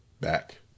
back